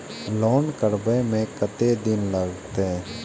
Loan करबे में कतेक दिन लागते?